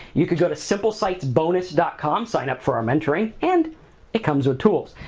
you could go to simplesitesbonus com, sign up for our mentoring and it comes with tools,